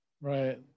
Right